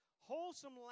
Wholesome